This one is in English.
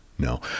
No